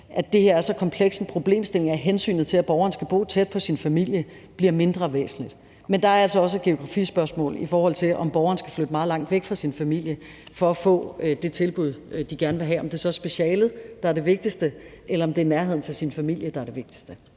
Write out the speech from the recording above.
at det kan være en så kompleks problemstilling, at hensynet til, at borgeren skal bo tæt på sin familie, bliver mindre væsentligt. Men der er altså også et geografispørgsmål, i forhold til om borgeren skal flytte meget langt væk fra sin familie for at få det tilbud, de gerne vil have, om det så er specialet, der er det vigtigste, eller om det er nærheden til familien, der er det vigtigste.